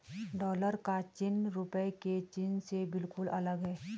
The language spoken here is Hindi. डॉलर का चिन्ह रूपए के चिन्ह से बिल्कुल अलग है